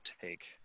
take